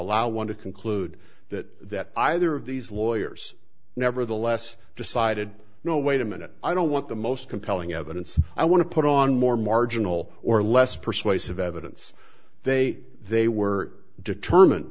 to conclude that either of these lawyers nevertheless decided no wait a minute i don't want the most compelling evidence i want to put on more marginal or less persuasive evidence they they were determined